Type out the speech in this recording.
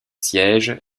sièges